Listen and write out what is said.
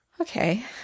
okay